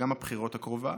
וגם בתקופת הבחירות הקרובה,